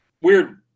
Weird